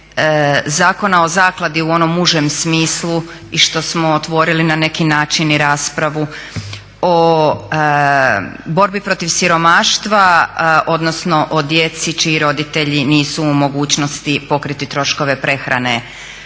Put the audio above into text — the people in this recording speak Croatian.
Zakona o zakladu u onom užem smislu i što smo otvorili na neki način i raspravi o borbi protiv siromaštva odnosno o djeci čiji roditelji nisu u mogućnosti pokriti troškove prehrane,